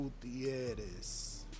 Gutierrez